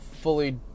fully